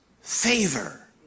favor